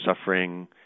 suffering